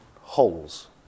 holes